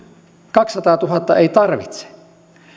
kaksisataatuhatta ei tarvitse